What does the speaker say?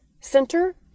center